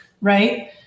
right